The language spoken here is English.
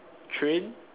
train